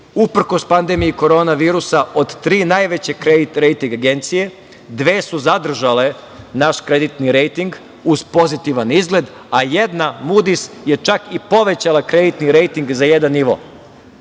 uprkos pandemiji korona virusa. Od tri najveće rejting agencije, dve su zadržale naš kreditni rejting uz pozitivan izgled, a jedna „Mudis“ je čak i povećala kreditni rejting za jedan nivo.